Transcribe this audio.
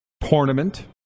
tournament